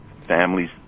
families